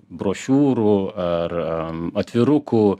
brošiūrų ar atvirukų